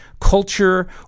culture